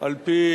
על-פי